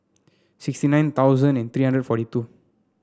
sixty nine thousand and three hundred forty two